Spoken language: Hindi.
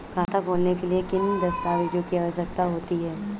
खाता खोलने के लिए किन दस्तावेजों की आवश्यकता होती है?